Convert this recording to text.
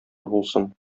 булсын